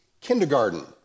kindergarten